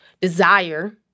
desire